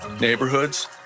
neighborhoods